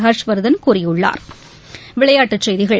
Harshvardhan கூறியுள்ளாள்